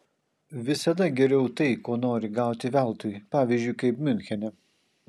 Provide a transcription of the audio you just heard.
visada geriau tai ko nori gauti veltui pavyzdžiui kaip miunchene